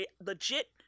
legit